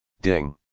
Ding